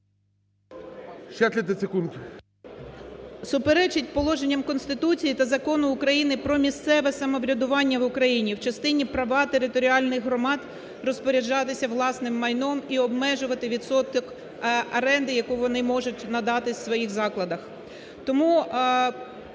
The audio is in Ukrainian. Суперечить положенням Конституції та Закону України "Про місцеве самоврядування в Україні" в частині права територіальних громад розпоряджатися власним майном і обмежувати відсоток оренди, яку вони можуть надати у своїх закладах.